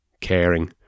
caring